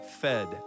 fed